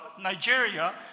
Nigeria